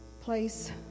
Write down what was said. place